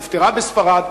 היא נפתרה בספרד,